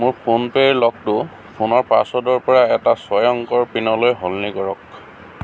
মোৰ ফোনপে'ৰ লকটো ফোনৰ পাছৱৰ্ডৰপৰা এটা ছয় অংকৰ পিনলৈ সলনি কৰক